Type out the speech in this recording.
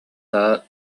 саа